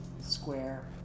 square